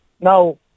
Now